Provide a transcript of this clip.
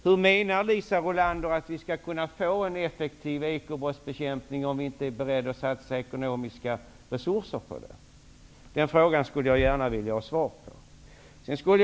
Hur menar Liisa Rulander att vi skall kunna få en effektiv ekobrottsbekämpning om vi inte är beredda att satsa resurser? Jag vill gärna ha ett svar på den frågan.